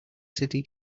city